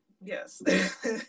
yes